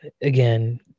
again